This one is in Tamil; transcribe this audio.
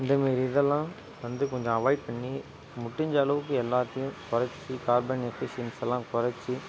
இந்தமாரி இதெல்லாம் வந்து கொஞ்சம் அவாய்ட் பண்ணி முடிஞ்ச அளவுக்கு எல்லாத்தையும் குறைச்சி கார்பன் எஃபிஷியன்ஸிலாம் குறைச்சு